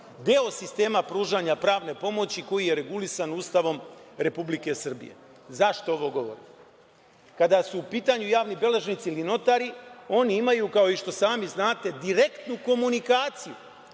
deo sistema pružanja pravne pomoći koji je regulisan Ustavom Republike Srbije.Zašto ovo govorim? Kada su u pitanju javni beležnici ili notari oni imaju kao što i sami znate direktnu komunikaciju